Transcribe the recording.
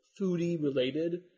foodie-related